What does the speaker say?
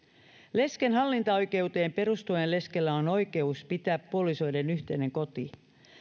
lesken hallintaoikeuteen perustuen leskellä on oikeus pitää puolisoiden yhteinen koti